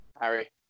Harry